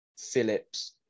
Phillips